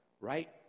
right